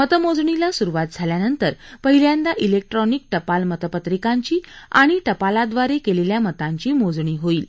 मतमोजणीला सुरुवात झाल्यानंतर पहिल्यांदा इलेक्ट्रॉनिक टपाल मतपत्रिकांची आणि टपालाद्वारे केलेल्या मतांची मोजणी होईल